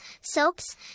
soaps